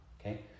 okay